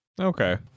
okay